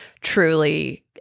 truly